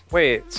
Wait